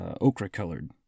okra-colored